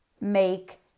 make